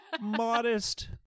modest